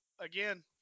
again